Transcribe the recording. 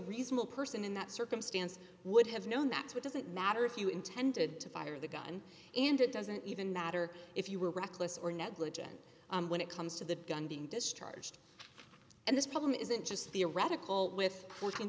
reasonable person in that circumstance would have known that it doesn't matter if you intended to fire the gun and it doesn't even matter if you were reckless or negligent when it comes to the gun being discharged and this problem isn't just theoretical with